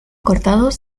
cortados